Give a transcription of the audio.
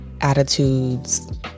attitudes